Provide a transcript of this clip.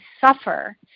suffer